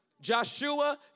Joshua